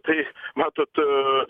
tai matot